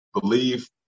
believe